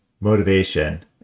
motivation